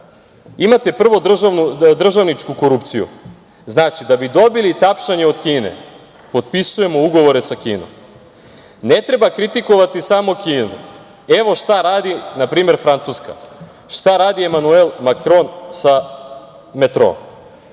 „Imate prvo državničku korupciju. Znači, da bi dobili tapšanje od Kine, potpisujemo ugovore sa Kinom. Ne treba kritikovati samo Kinu. Evo šta radi, npr. Francuska, šta radi Emanuel Makron sa metroom.